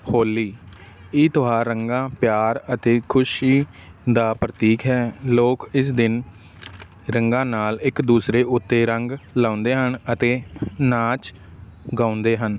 ਹੋਲੀ ਇਹ ਤਿਉਹਾਰ ਰੰਗਾਂ ਪਿਆਰ ਅਤੇ ਖੁਸ਼ੀ ਦਾ ਪ੍ਰਤੀਕ ਹੈ ਲੋਕ ਇਸ ਦਿਨ ਰੰਗਾਂ ਨਾਲ ਇੱਕ ਦੂਸਰੇ ਉੱਤੇ ਰੰਗ ਲਗਾਉਂਦੇ ਹਨ ਅਤੇ ਨਾਚ ਗਾਉਂਦੇ ਹਨ